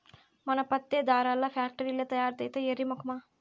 మన పత్తే దారాల్ల ఫాక్టరీల్ల తయారైద్దే ఎర్రి మొకమా